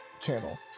channel